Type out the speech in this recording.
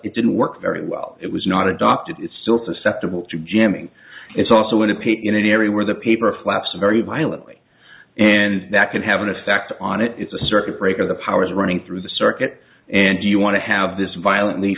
it didn't work very well it was not adopted it's still susceptible to jamming it's also in a pit in an area where the paper flaps very violently and that could have an effect on it it's a circuit breaker the power is running through the circuit and you want to have this violently